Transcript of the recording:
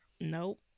nope